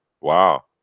wow